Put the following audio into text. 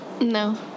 No